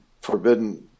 forbidden